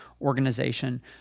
organization